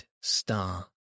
star